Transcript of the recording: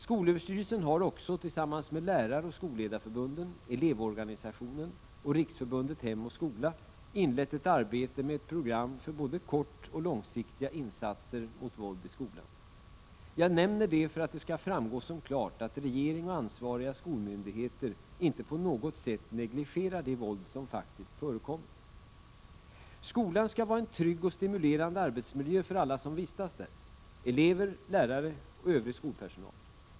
Skolöverstyrelsen har också, tillsammans med läraroch skolledarförbunden, Elevorganisationen och Riksförbundet Hem och skola, inlett ett arbete med ett program för både kortsiktiga och långsiktiga insatser mot våld i skolan. Jag nämner detta för att det skall framstå som klart att regeringen och ansvariga skolmyndigheter inte på något sätt negligerar det våld som faktiskt förekommer. Skolan skall vara en trygg och stimulerande arbetsmiljö för alla som vistas där: elever, lärare och övrig skolpersonal.